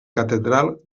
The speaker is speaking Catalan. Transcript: catedral